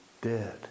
dead